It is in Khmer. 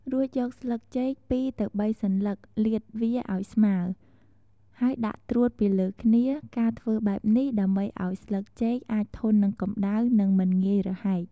រួចយកស្លឹកចេក ២ទៅ៣សន្លឹកលាតវាឱ្យស្មើ ហើយដាក់ត្រួតពីលើគ្នា ការធ្វើបែបនេះដើម្បីឱ្យស្លឹកចេកអាចធន់នឹងកម្តៅ និងមិនងាយរហែក។